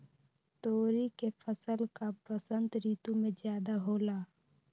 तोरी के फसल का बसंत ऋतु में ज्यादा होला?